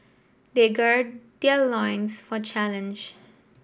they gird their loins for challenge